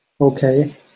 okay